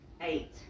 Eight